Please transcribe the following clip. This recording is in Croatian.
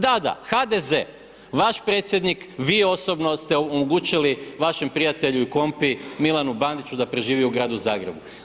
Da, da HDZ, vaš predsjednik, vi osobno ste omogućili vašem prijatelju i kompi Milanu Bandiću da preživi u Gradu Zagrebu.